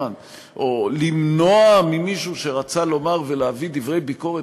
או למנוע ממישהו שרצה לומר ולהביא דברי ביקורת,